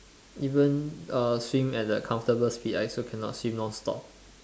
even uh swim at a comfortable speed I also cannot swim non stop